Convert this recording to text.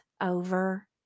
over